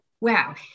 wow